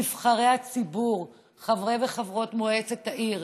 נבחרי הציבור, חברי וחברות מועצת העיר